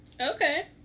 Okay